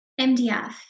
MDF